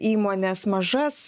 įmones mažas